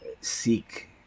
seek